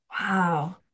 wow